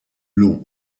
long